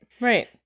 right